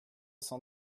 cent